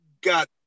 got